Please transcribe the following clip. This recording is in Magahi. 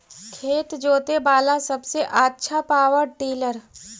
खेत जोते बाला सबसे आछा पॉवर टिलर?